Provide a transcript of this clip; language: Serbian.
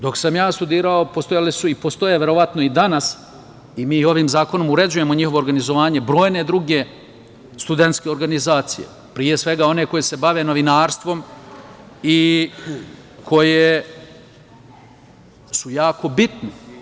Dok sam ja studirao postojale su, i postoje verovatno i danas i mi ovim zakonom uređujemo njihovo organizovanje, brojne druge studentske organizacije, pre svega, one koje se bave novinarstvom i koje su jako bitne.